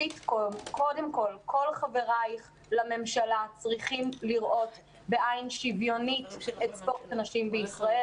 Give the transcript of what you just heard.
כל חברייך לממשלה, את ספורט הנשים בישראל.